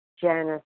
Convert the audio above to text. Janice